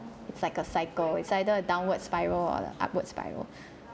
it's like a cycle it's either a downward spiral or like upward spiral